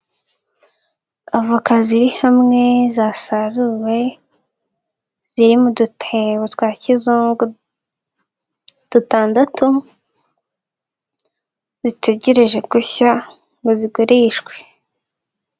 Avoka ziri hamwe, zasaruwe. Ziri mu dutebo twa kizungu, dutandatu. Zitegereje gushya, ngo zigurishwe.